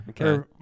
Okay